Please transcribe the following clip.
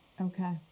Okay